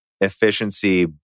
efficiency